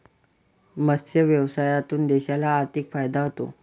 मत्स्य व्यवसायातून देशाला आर्थिक फायदा होतो